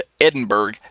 Edinburgh